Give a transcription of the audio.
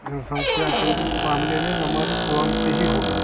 जनसंख्या के मामले में नंबर वन पर ही होगा